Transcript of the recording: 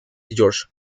george